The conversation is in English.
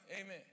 amen